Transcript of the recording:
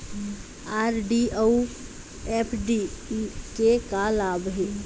RD अऊ F D के का लाभ हे?